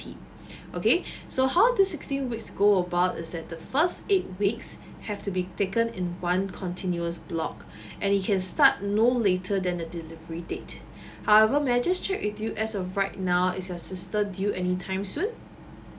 okay so how do sixteen weeks go about is that the first eight weeks have to be taken in one continuous block and you can start no later than the delivery date however may I just check with you as of right now is your sister due anytime soon